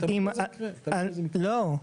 לא.